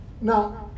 Now